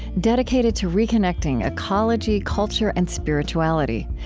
dedicated to reconnecting ecology, culture, and spirituality.